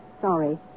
Sorry